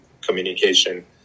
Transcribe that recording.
communication